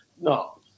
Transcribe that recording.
No